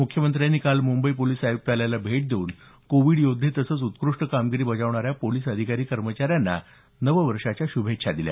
मुख्यमंत्र्यांनी काल मुंबई पोलीस आयुक्तालयाला भेट देऊन कोविड योद्धे तसेच उत्कृष्ट कामगिरी बजावणाऱ्या पोलिस अधिकारी कर्मचाऱ्यांना नववर्षाच्या श्रभेच्छा दिल्या